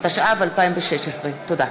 התשע"ו 2016. תודה.